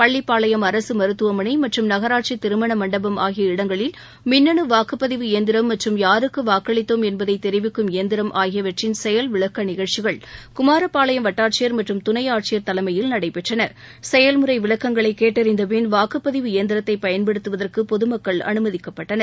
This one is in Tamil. பள்ளிப்பாளையம் அரசு மருத்துவமனை மற்றும் நகராட்சி திருமண மண்டபம் ஆகிய இடங்களில் மின்னு வாக்குப்பதிவு இயந்திரம் மற்றும் யாருக்கு வாக்களித்தோம் என்பதை தெரிவிக்கும் இயந்திரம் ஆகியவற்றை குமாரபாளையம் வட்டாட்சியர் மற்றும் துணை ஆட்சியர் தலைமயில் செயல் விளக்க நிகழ்ச்சிகள் நடைபெற்றன செயல்முறை விளக்கங்களை கேட்டறிந்த பின் வாக்குப்பதிவு இயந்திரத்தை பயன்படுத்துவதற்கு பொதுமக்கள் அனுமதிக்கப்பட்டனர்